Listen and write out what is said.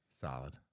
solid